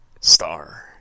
star